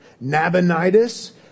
Nabonidus